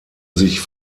sich